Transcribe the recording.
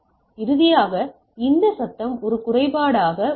இறுதியாக இந்த சத்தம் ஒரு குறைபாடாக உள்ளது